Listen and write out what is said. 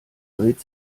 dreht